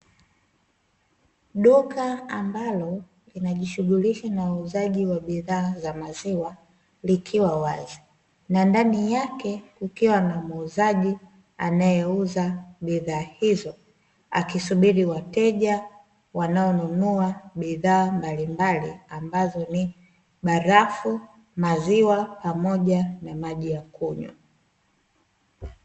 Duka ambalo linajishughulisha na uuzaji wa bidhaa za maziwa likiwa wazi. Na ndani yake kukiwa na muuzaji anayeuza bidhaa hizo akisubiri wateja wanaonunua bidhaa mbalimbali ambazo ni barafu, maziwa pamoja na maji ya kunywa.